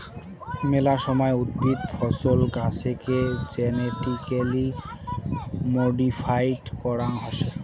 মেলা সময় উদ্ভিদ, ফছল, গাছেকে জেনেটিক্যালি মডিফাইড করাং হসে